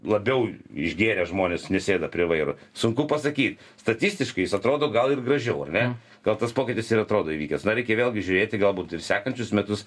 labiau išgėrę žmonės nesėda prie vairo sunku pasakyt statistiškai jis atrodo gal ir gražiau ar ne gal tas pokytis ir atrodo įvykęs na reikia vėlgi žiūrėti galbūt ir sekančius metus